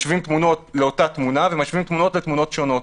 משווים תמונות לאותה תמונה ומשווים תמונות לתמונות שונות,